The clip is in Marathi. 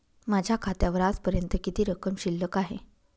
माझ्या खात्यावर आजपर्यंत किती रक्कम शिल्लक आहे?